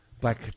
black